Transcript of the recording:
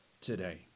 today